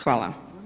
Hvala.